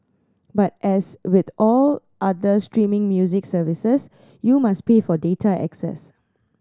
but as with all other streaming music services you must pay for data access